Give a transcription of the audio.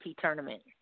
tournament